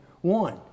One